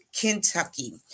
Kentucky